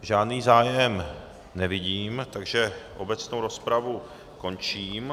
Žádný zájem nevidím, takže obecnou rozpravu končím.